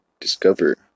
discover